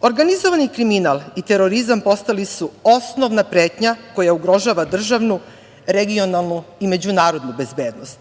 Organizovani kriminal i terorizam postali su osnovna pretnja koja ugrožava državnu, regionalnu i međunarodnu bezbednost.